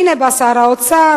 הנה בא שר האוצר,